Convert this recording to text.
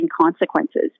consequences